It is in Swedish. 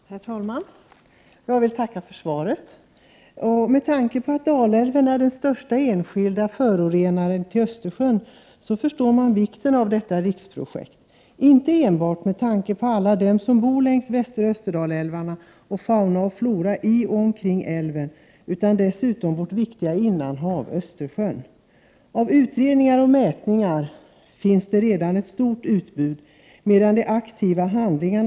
Herr talman! Jag vill tacka för svaret. Med tanke på att Dalälven är den största enskilda förorenaren av Östersjön är det lätt att förstå vikten av detta riksprojekt. Det gäller ju inte bara alla dem som bor längs Västerresp. Österdalälven och faunan och floran i och omkring älvarna utan också vårt viktiga innanhav Östersjön. Det finns redan ett stort utbud av utredningar och mätningar.